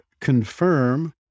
confirm